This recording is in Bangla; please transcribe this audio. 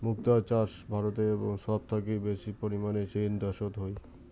মুক্তা চাষ ভারতে এবং সব থাকি বেশি পরিমানে চীন দ্যাশোত হই